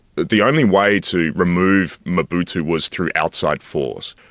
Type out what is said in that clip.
the only way to remove mobutu was through outside force.